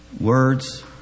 Words